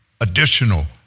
additional